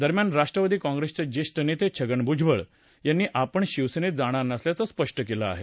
दरम्यान राष्ट्रवादी काँप्रेसचे ज्येष्ठ नेते छगन भुजबळ यांनी आपण शिवसेनेत जाणार नसल्याचं स्पष्ट केलं आहे